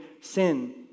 sin